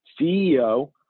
CEO